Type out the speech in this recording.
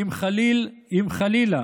אם חלילה